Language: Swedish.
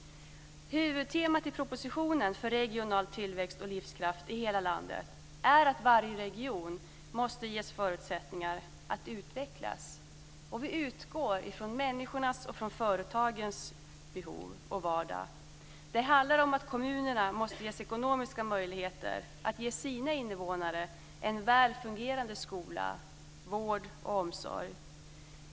Huvudtemat i propositionen för regional tillväxt och livskraft i hela landet är att varje region måste ges förutsättningar att utvecklas. Vi utgår från människornas och företagens behov och vardag. Kommunerna måste ges ekonomiska möjligheter att ge sina invånare en väl fungerande skola, vård och omsorg.